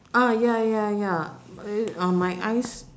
ah ya ya ya uh my eyes